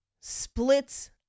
splits